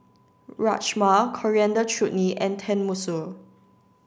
Rajma Coriander Chutney and Tenmusu